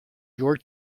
your